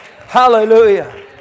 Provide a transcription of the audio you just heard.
Hallelujah